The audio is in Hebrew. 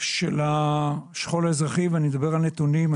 של השכול האזרחי ואני אדבר על נתונים.